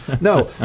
No